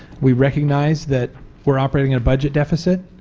we recognize that we are operating a budget deficit,